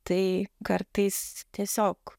tai kartais tiesiog